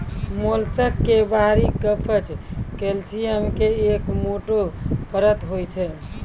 mollusc के बाहरी कवच कैल्सियम के एक मोटो परत होय छै